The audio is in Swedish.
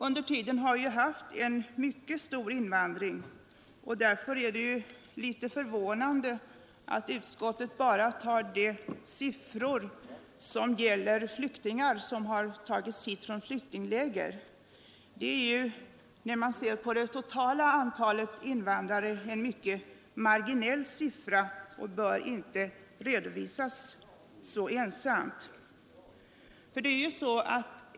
Under tiden har vi haft en mycket stor invandring, och därför är det litet förvånande att utskottet bara tar med de siffror som gäller flyktingar som har förts hit från flyktingläger. Det är när man ser på det totala antalet invandrare mycket marginella siffror och de bör inte redovisas så ensamt.